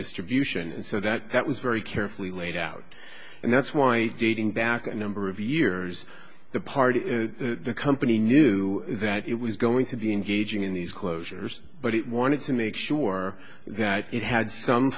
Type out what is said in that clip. distribution and so that that was very carefully laid out and that's why dating back a number of years the party the company knew that it was going to be engaging in these closures but it wanted to make sure that it had some